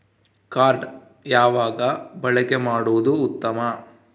Card ಯಾವಾಗ ಬಳಕೆ ಮಾಡುವುದು ಉತ್ತಮ?